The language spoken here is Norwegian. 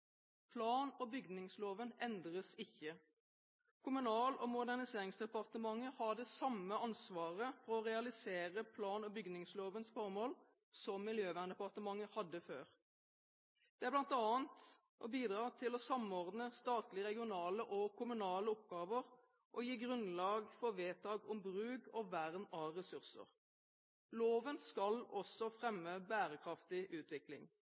Plan- og bygningsloven endres ikke. Kommunal- og moderniseringsdepartementet har det samme ansvaret for å realisere plan- og bygningslovens formål som Miljøverndepartementet hadde før. Det er bl.a. å bidra til å samordne statlige, regionale og kommunale oppgaver og gi grunnlag for vedtak om bruk og vern av ressurser. Loven skal også fremme bærekraftig utvikling.